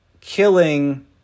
killing